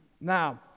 Now